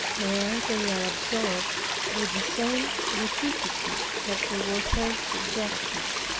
where they are absorbed with the same rapidity that they were first ejected.